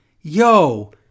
Yo